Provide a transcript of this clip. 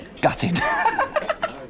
Gutted